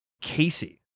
Casey